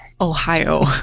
Ohio